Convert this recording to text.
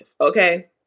Okay